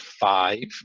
five